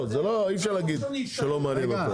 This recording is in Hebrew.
אי-אפשר להגיד שלא מעניין אותו.